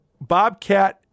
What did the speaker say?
Bobcat